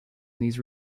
these